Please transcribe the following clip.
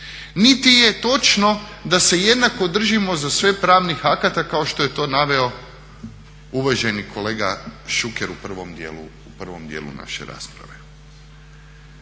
niti je točno da se jednako držimo za sve pravnih akata kao što je to naveo uvaženi kolega Šuker u prvom dijelu naše rasprave.